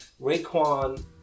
Rayquan